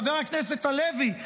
חבר הכנסת הלוי,